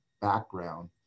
background